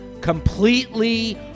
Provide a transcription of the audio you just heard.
completely